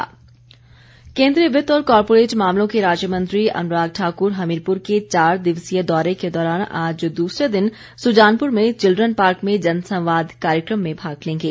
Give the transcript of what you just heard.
अनराग ठाकर केन्द्रीय वित्त और कॉरपोरेट मामलों के राज्यमंत्री अनुराग ठाकुर हमीरपुर के चार दिवसीय दौरे के दौरान आज दूसरे दिन सुजानपुर में चिल्ड्रन पार्क में जनसंवाद कार्यक्रम में भाग लेंगे